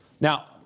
Now